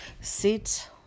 sit